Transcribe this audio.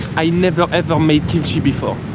i never ever made kimchi before.